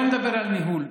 בואו נדבר על ניהול,